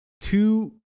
Two